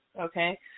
okay